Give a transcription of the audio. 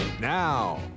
Now